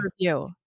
review